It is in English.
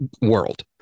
world